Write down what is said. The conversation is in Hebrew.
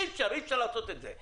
אי אפשר לעשות את זה.